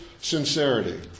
sincerity